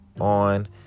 on